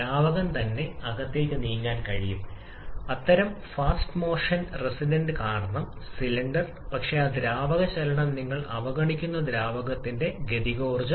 ദ്രാവകം തന്നെ അകത്തേക്ക് നീങ്ങാൻ കഴിയും അത്തരം ഫാസ്റ്റ് മോഷൻ റെസിസ്റ്റൻസ് കാരണം സിലിണ്ടർ പക്ഷേ ആ ദ്രാവക ചലനം നിങ്ങൾ അവഗണിക്കുന്ന ദ്രാവകത്തിന്റെ ഗതികോർജ്ജം